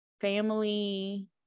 family